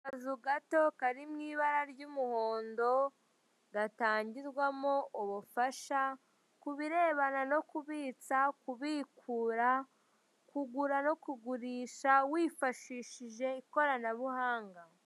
Akazu gato kari mu ibara ry'umuhondo gatangirwamo ubufasha, ku birebana no kubitsa' kubikura, kugura no kugurisha wifwshishije ikoranabuhanga.